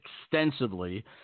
extensively